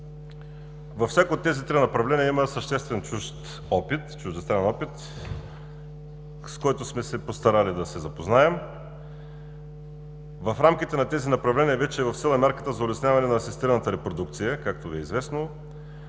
Във всяко от тези три направления има съществен чужд опит, чуждестранен опит, с който сме се постарали да се запознаем. В рамките на тези направления е вече в сила мярката за улесняване на асистираната репродукция, както Ви е известно.